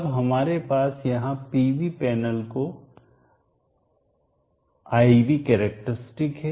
अब हमारे पास यहां PV पैनल की I V कैरेक्टरस्टिक है